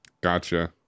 Gotcha